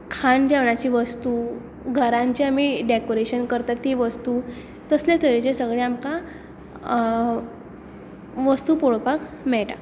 खाण जेवणाच्यो वस्तू घरांत जें आमी डॅकोरेशन करतात ती वस्तू थंय जें सगळें आमकां वस्तू पळोवपाक मेळटा